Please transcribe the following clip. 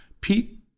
Pete